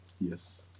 Yes